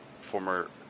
former